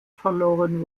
verloren